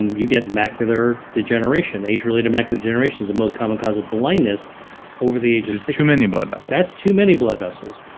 you get macular degeneration. age-related macular degeneration is the most common cause of blindness over the age of just too many and blood vessels that's too many blood vessels.